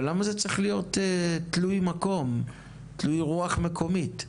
אבל למה זה צריך להיות תלוי רוח מקומית?